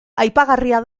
aipagarria